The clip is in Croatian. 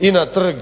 i na Trg